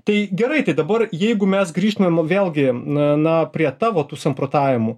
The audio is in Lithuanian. tai gerai tai dabar jeigu mes grįžtumėm vėlgi na na prie tavo tų samprotavimų